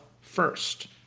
first